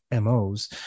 MOs